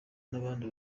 n’abandi